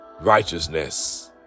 righteousness